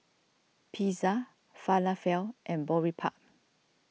Pizza Falafel and Boribap